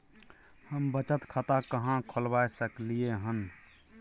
हम बचत खाता कहाॅं खोलवा सकलिये हन?